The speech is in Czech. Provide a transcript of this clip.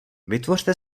vytvořte